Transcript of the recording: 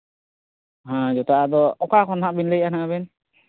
ᱦᱮᱸ ᱡᱚᱛᱚ ᱟᱫᱚ ᱚᱠᱟ ᱠᱷᱚᱱ ᱱᱟᱦᱜ ᱵᱤᱱ ᱞᱟᱹᱭᱮᱜᱼᱟ ᱱᱟᱜ ᱟᱹᱵᱤᱱ